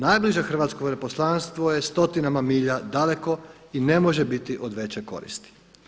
Najbliže hrvatsko veleposlanstvo je stotinama milja daleko i ne može biti od veće koristi.